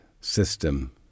system